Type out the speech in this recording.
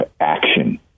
action